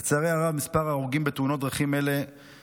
לצערי הרב, מספר ההרוגים בתאונות הדרכים עלה: